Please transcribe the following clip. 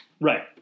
Right